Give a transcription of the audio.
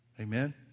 Amen